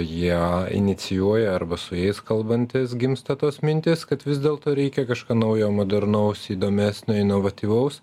jie inicijuoja arba su jais kalbantis gimsta tos mintys kad vis dėlto reikia kažką naujo modernaus įdomesnio inovatyvaus